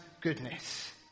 goodness